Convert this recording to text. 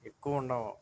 ఎక్కువ ఉండవు